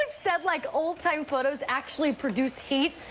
said like old time photos actually produce heat.